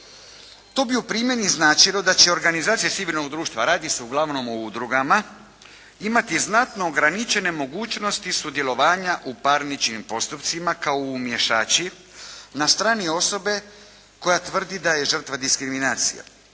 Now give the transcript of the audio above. To bi u primjeni značilo da će organizacije civilnoga društva, radi se uglavnom o udrugama imati znatno ograničene mogućnosti sudjelovanja u parničnim postupcima kao umiješači na strani osobe koja tvrdi da je žrtva diskriminacije,